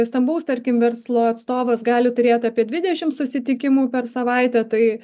stambaus tarkim verslo atstovas gali turėt apie dvidešimt susitikimų per savaitę tai